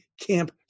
camp